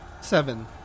Seven